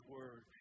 Word